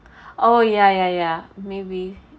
oh ya ya ya maybe